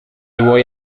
vuoi